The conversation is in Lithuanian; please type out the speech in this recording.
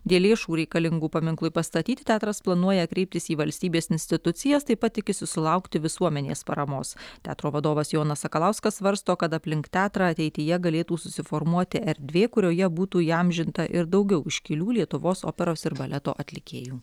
dėl lėšų reikalingų paminklui pastatyti teatras planuoja kreiptis į valstybės institucijas taip pat tikisi sulaukti visuomenės paramos teatro vadovas jonas sakalauskas svarsto kad aplink teatrą ateityje galėtų susiformuoti erdvė kurioje būtų įamžinta ir daugiau iškilių lietuvos operos ir baleto atlikėjų